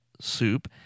soup